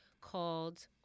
called